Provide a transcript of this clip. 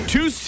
Two